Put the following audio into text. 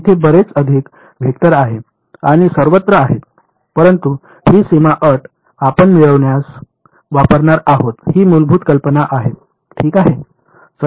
तेथे बरेच अधिक वेक्टर आहे आणि सर्वत्र आहेत परंतु ही सीमा अट आपण मिळविण्यास वापरणार आहोत ही मूलभूत कल्पना आहे ठीक आहे